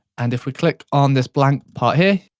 and if we click on this blank part here,